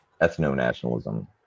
ethno-nationalism